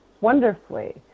wonderfully